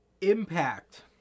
Impact